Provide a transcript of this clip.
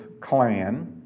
clan